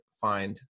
find